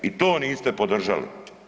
I to niste podržali.